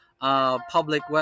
Public